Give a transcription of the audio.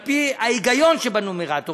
על פי ההיגיון שבנומרטור,